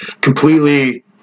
completely